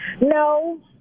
No